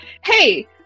hey-